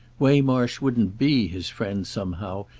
waymarsh wouldn't be his friend, somehow,